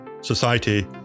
society